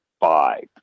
five